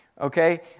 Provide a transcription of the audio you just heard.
Okay